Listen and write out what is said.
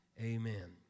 Amen